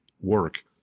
work